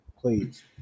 please